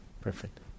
Perfect